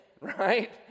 right